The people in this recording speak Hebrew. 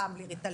פעם בלי ריטלין,